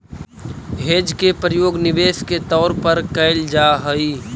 hedge के प्रयोग निवेश के तौर पर कैल जा हई